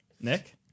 Nick